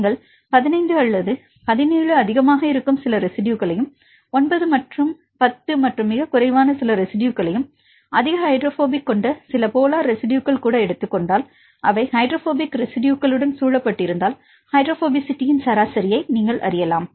நீங்கள் 15 அல்லது 17 அதிகமாக இருக்கும் சில ரெஸிட்யுகளையும் 9 மற்றும் 10 மற்றும் மிகக் குறைவான சில ரெஸிட்யுகளையும் அதிக ஹைட்ரோபோபிக் கொண்ட சில போலார் ரெஸிட்யுகள் கூட எடுத்துக் கொண்டால் அவை ஹைட்ரோபோபிக் ரெஸிட்யுகளுடன் சூழப்பட்டிருந்தால் ஹைட்ரோபோபசிட்டியின் சராசரி நீங்கள் அறியலாம்